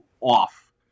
off